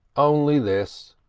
only this,